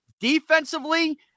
defensively